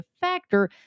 factor